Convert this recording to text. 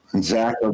Zach